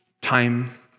time